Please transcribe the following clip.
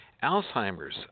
Alzheimer's